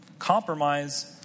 Compromise